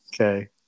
Okay